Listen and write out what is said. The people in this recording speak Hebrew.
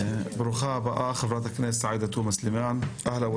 נציג משרד המשפטים, בבקשה.